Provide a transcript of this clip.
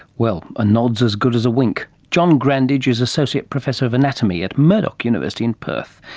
well, a nod is as good as a wink. john grandage is associate professor of anatomy at murdoch university in perth.